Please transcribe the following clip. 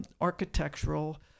architectural